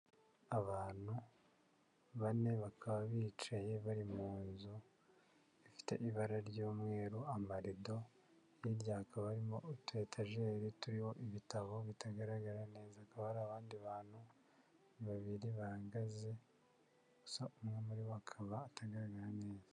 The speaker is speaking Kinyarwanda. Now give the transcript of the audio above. Abantu bane bakaba bicaye bari mu nzu, ifite ibara ry'umweru, amarido, hirya hakaba harimo etajeli turiho ibitabo bitagaragara neza hakaba hari abandi bantu babiri bahagaze, gusa umwe muri bo akaba atagaragara neza.